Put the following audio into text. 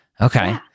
Okay